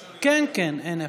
כן, אין בעיה.